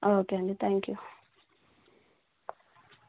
okay అండి thank you